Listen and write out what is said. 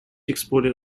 exported